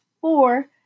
four